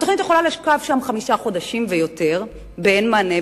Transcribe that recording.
התוכנית עלולה לשכב שם חמישה חודשים ויותר באין מענה.